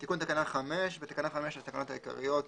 תיקון תקנה 5 8. בתקנה 5 לתקנות העיקריות